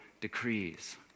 decrees